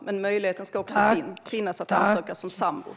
Men möjligheten ska också finnas att ansöka som sambor.